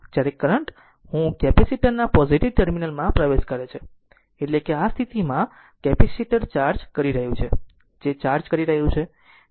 જ્યારે કરંટ હું કેપેસિટર ના પોઝીટીવ ટર્મિનલ માં પ્રવેશ કરે છે એટલે આ સ્થિતિમાં કેપેસિટર ચાર્જ કરી રહ્યું છે જે ચાર્જ કરી રહ્યું છે